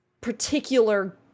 particular